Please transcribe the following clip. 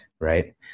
right